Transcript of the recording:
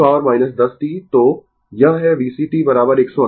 Refer Slide Time 2743 तो यह है e की पॉवर 10 t